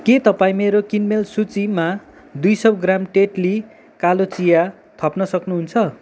के तपाईँ मेरो किनमेल सूचीमा दुई सौ ग्राम टेटली कालो चिया थप्न सक्नुहुन्छ